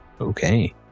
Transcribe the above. Okay